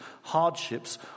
Hardships